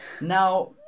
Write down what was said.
Now